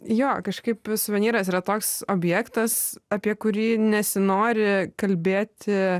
jo kažkaip suvenyras yra toks objektas apie kurį nesinori kalbėti